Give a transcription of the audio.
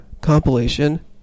compilation